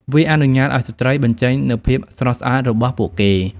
វាអនុញ្ញាតឱ្យស្ត្រីបញ្ចេញនូវភាពស្រស់ស្អាតរបស់ពួកគេ។